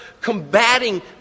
combating